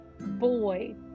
boy